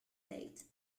date